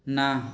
না